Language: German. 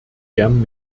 gern